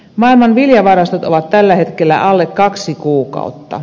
maailman viljavarastot ovat tällä hetkellä alle kaksi kuukautta